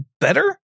better